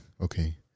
okay